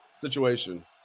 situation